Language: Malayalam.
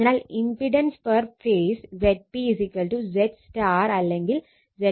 അതിനാൽ impedance per phase Zp ZY അല്ലെങ്കിൽ Zp ZΔ എന്നാണ്